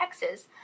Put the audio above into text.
Texas